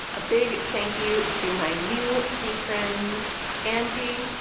a big thank you to my new patrons angie,